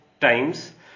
times